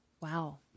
wow